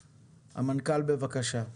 המנכ"ל, בבקשה.